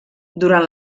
durant